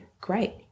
great